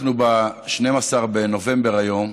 אנחנו ב-12 בנובמבר היום.